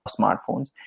smartphones